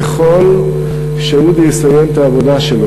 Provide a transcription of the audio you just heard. ככל שאודי יסיים את העבודה שלו,